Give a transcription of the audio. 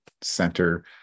center